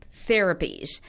therapies